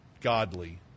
godly